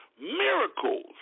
miracles